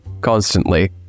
constantly